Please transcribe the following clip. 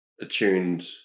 attuned